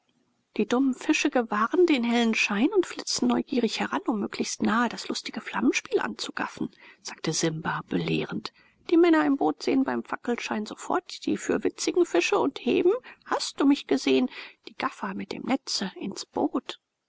die dummen fische gewahren den hellen schein und flitzen neugierig heran um möglichst nahe das lustige flammenspiel anzugaffen sagte simba belehrend die männer im boot sehen beim fackelschein sofort die fürwitzigen fische und heben hast du mich gesehen die gaffer mit dem netze ins boot